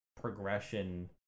progression